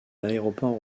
l’aéroport